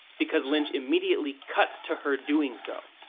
because lynch immediately cuts to her doing so.